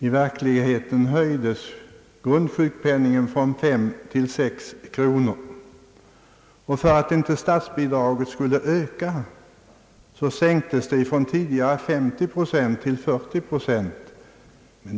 I verkligheten höjdes grundsjukpenningen från fem till sex kronor, och för att statsbidraget inte skulle öka sänktes det från tidigare 50 procent till 40 procent.